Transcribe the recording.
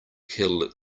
kill